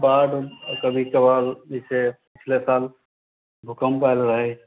बाढ़ कभी कभार पिछला साल भूकंप आयल रहै